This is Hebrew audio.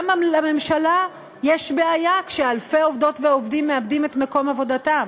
גם לממשלה יש בעיה כשאלפי עובדות ועובדים מאבדים את מקום עבודתם,